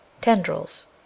Tendrils